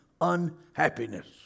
unhappiness